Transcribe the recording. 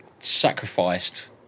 Sacrificed